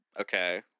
Okay